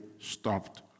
stopped